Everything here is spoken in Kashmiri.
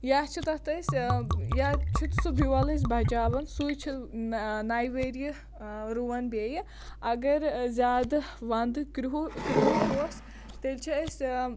یا چھِ تَتھ أسۍ یا چھُ سُہ بیوٚل أسۍ بچاوان سُے چھُ نَیہِ ؤرۍیہِ رُوَن بیٚیہِ اگر زیادٕ وَنٛدٕ کرٛوٗ کرٛیوٗٹھ اوس تیٚلہِ چھِ أسۍ